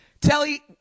Telly